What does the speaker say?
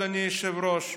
אדוני היושב-ראש,